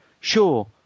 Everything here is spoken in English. sure